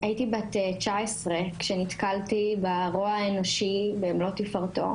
הייתי בת 19 כשנתקלתי ברוע האנושי במלוא תפארתו,